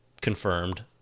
confirmed